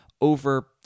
over